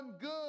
good